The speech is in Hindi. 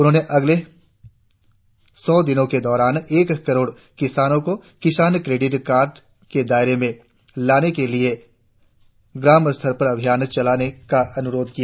उन्होंने अगले सौ दिनों के दौरान एक करोड़ किसानों को किसान क्रेडिट योजना के दायरे में लाने के लिए ग्रामस्तर पर अभियान चलाने का अनुरोध किया